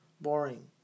Boring